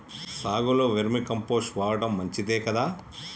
సాగులో vermicompost వాడటం మంచిదే కదా?